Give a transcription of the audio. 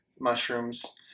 mushrooms